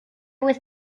was